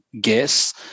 guess